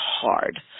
hard